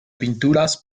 pinturas